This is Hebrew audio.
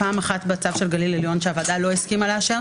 פעם אחת בצו של גליל עליון שהוועדה לא הסכימה לאשר,